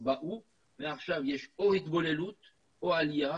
באו ועכשיו יש או התבוללות או עלייה